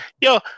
Yo